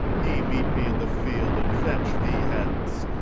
he meet me in the field, and fetch thee hence!